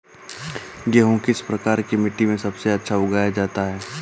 गेहूँ किस प्रकार की मिट्टी में सबसे अच्छा उगाया जाता है?